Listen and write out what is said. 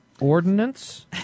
Ordinance